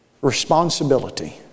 responsibility